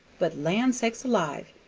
but land sakes alive,